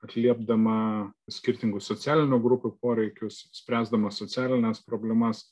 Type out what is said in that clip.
atliepdama skirtingų socialinių grupių poreikius spręsdama socialines problemas